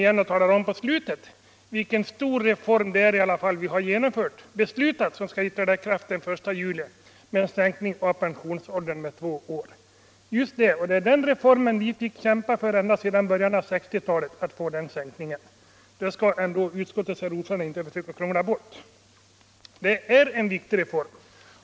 Men i slutet av sitt anförande säger herr ordföranden ändå att sänkningen av pensionsåldern med två år är en stor reform. Just det! Den reformen har vi fått kämpa för ända sedan början av 1960-talet. Det skall utskottets herr ordförande inte försöka krångla bort. Det är en viktig reform.